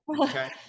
Okay